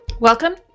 Welcome